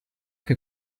che